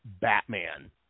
Batman